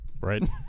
right